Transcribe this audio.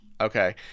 Okay